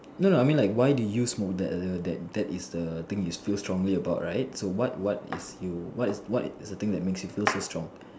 no no I mean like why do you smoke that that is the thing you feel strongly about right what what is you what is the thing that makes you feel so strong